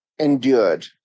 endured